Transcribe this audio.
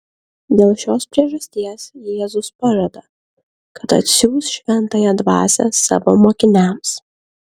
dėl šios priežasties jėzus pažada kad atsiųs šventąją dvasią savo mokiniams